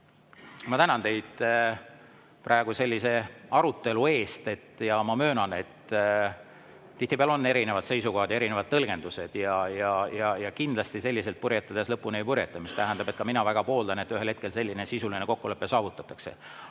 ma tänan teid arutelu eest. Ma möönan, et tihtipeale on erinevad seisukohad ja erinevad tõlgendused. Kindlasti selliselt lõpuni ei purjeta. See tähendab, et ka mina väga pooldan, et ühel hetkel sisuline kokkulepe saavutatakse.